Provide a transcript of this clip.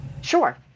Sure